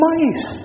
Mice